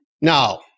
now